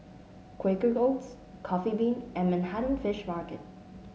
Quaker Oats Coffee Bean and Manhattan Fish Market